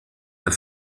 der